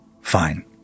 Fine